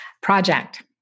project